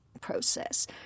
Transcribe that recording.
process